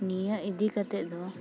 ᱱᱤᱭᱟᱹ ᱤᱫᱤ ᱠᱟᱛᱮᱫ ᱫᱚ